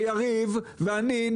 יריב ואני,